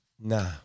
Nah